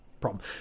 problem